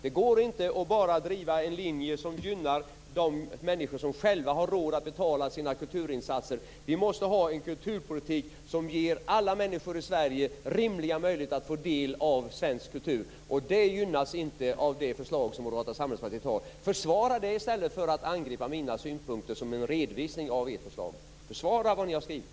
Det går inte att bara driva en linje som gynnar de människor som själva har råd att betala sina kulturinsatser. Vi måste ha en kulturpolitik som ger alla människor i Sverige rimliga möjligheter att få del av svensk kultur. Det gynnas inte av Moderata samlingspartiets förslag. Försvara detta förslag i stället för att angripa mina synpunkter, som var en redovisning av ert förslag. Försvara vad ni har skrivit.